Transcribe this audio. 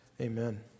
Amen